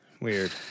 Weird